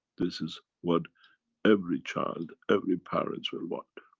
this is what every child, every parents will want.